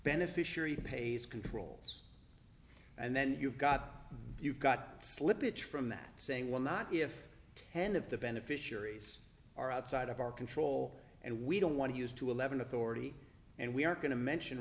beneficiary pays controls and then you've got you've got slippage from that saying well not if ten of the beneficiaries are outside of our control and we don't want to use to eleven authority and we aren't going to mention